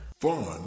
fun